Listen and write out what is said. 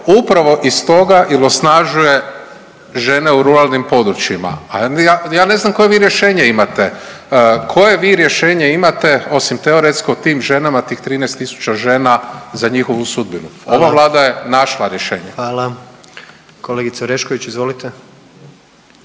upravo iz toga jel osnažuje žene u ruralnim područjima, a ja, ja ne znam koje vi rješenje imate, koje vi rješenje imate osim teoretsko tim ženama, tih 13 tisuća žena za njihovu sudbinu…/Upadica predsjednik: Hvala/…ova Vlada je